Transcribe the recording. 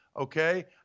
okay